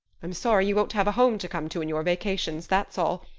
i'm sorry you won't have a home to come to in your vacations, that's all,